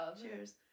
cheers